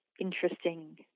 interesting